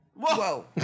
Whoa